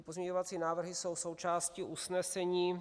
Pozměňovací návrhy jsou součástí usnesení.